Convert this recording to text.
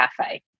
cafe